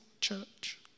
church